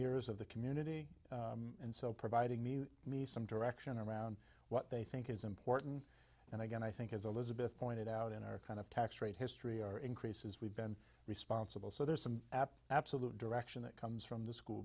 ears of the community and so providing me me some direction around what they think is important and again i think is elizabeth pointed out in our kind of tax rate history or increases we've been responsible so there's some app absolute direction that comes from the school